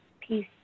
peace